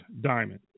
diamond